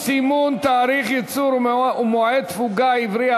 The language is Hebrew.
סימון תאריך ייצור ומועד תפוגה עברי),